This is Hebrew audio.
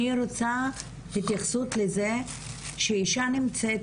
אני רוצה התייחסות לזה שאישה נמצאת